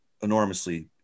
enormously